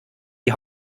die